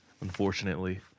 unfortunately